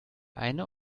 eine